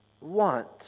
want